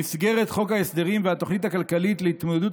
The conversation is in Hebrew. במסגרת חוק ההסדרים והתוכנית הכלכלית להתמודדות